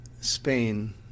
Spain